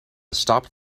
stopped